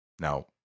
Now